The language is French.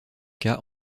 cas